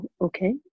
okay